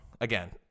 again